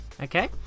Okay